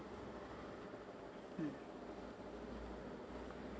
mm